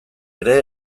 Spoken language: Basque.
ere